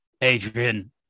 Adrian